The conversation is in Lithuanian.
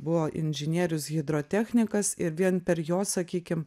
buvo inžinierius hidrotechnikas ir vien per jo sakykim